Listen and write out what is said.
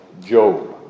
Job